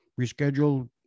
rescheduled